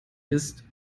ist